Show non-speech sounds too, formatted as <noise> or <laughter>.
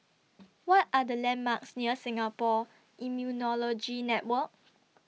<noise> What Are The landmarks near Singapore Immunology Network